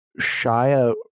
shia